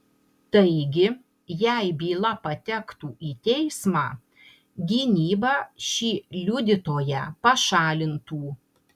taigi jei byla patektų į teismą gynyba šį liudytoją pašalintų